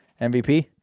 MVP